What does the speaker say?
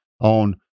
on